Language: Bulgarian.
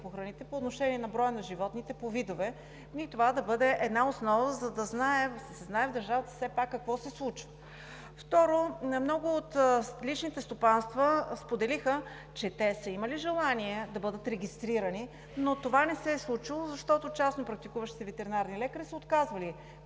по храните по отношение на броя на животните по видове и това да бъде една основа, за да се знае в държавата все пак какво се случва. Второ, много от личните стопанства споделиха, че те са имали желание да бъдат регистрирани, но това не се е случвало, защото частно практикуващите ветеринарни лекари са отказвали